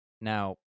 Now